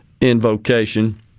invocation